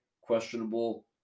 questionable